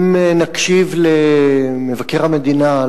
אם נקשיב למבקר המדינה,